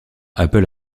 apple